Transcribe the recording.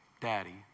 daddy